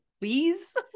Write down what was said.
Please